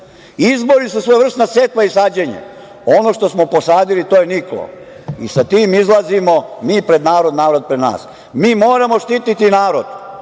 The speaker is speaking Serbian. su svojevrsna setva i sađenje. Ono što smo posadili to je niklo i sa tim izlazimo mi pred narod i narod pred nas. Mi moramo štititi narod.